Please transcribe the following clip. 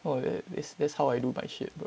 that's how I do by